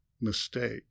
mistake